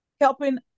helping